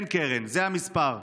כן, קרן, זה המספר.